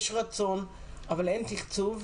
יש רצון אבל אין תקצוב.